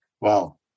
Wow